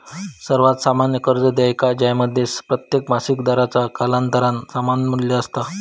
सर्वात सामान्य कर्ज देयका ज्यामध्ये प्रत्येक मासिक दराचा कालांतरान समान मू्ल्य असता